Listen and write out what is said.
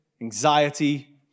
anxiety